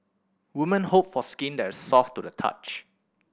women hope for skin that is soft to the touch